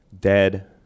dead